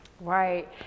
Right